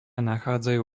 nachádzajú